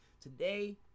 today